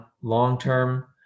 Long-term